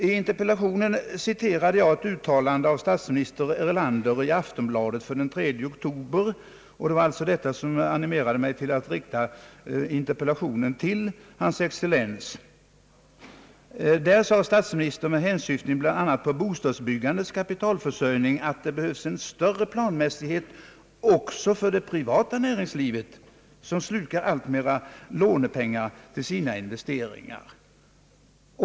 I interpellationen citerade jag ett uttalande av statsminister Erlander i Aftonbladet för den 3 oktober, och det var alltså detta uttalande som animerade mig att rikta interpellationen till hans excellens. Statsministern sade, med hänsyftning bland annat på bostadsbyggandets kapitalförsörjning, att det behövs en större planmässighet också för det privata näringslivet, som slukar allt mera lånepengar till sina investeringar.